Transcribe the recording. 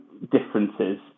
differences